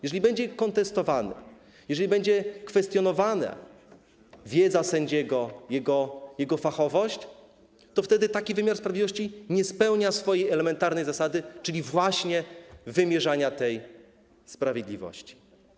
Jeżeli będzie on kontestowany, jeżeli będzie kwestionowana wiedza sędziego, jego fachowość, to wtedy taki wymiar sprawiedliwości nie będzie spełniał swojej elementarnej zasady, czyli właśnie wymierzania tej sprawiedliwości.